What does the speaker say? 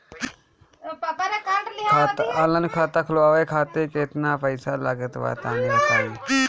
Online खाता खूलवावे खातिर केतना पईसा लागत बा तनि बताईं?